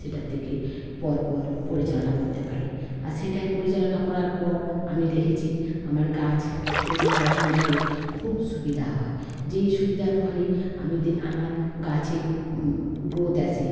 সেটার থেকে পরপর পরিচালনা করতে পারি আর সেটাই পরিচালনা করার পর আমি দেখেছি আমার গাছ এর যত্ন নিতে খুব সুবিধা হয় যেই সুবিধার ফলে আমি আমার গাছের গ্রোথ আসে